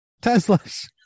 Tesla's